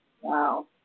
Wow